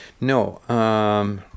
No